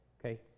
okay